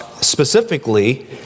specifically